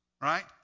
right